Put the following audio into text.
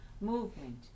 movement